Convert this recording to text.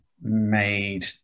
made